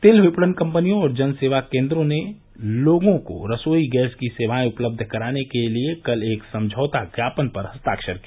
तेल विपणन कम्पनियों और जन सेवा केन्द्रों ने लोगों को रसोई गैस की सेवाएं उपलब्ध कराने के लिए कल एक समझौता ज्ञापन पर हस्ताक्षर किया